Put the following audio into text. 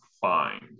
find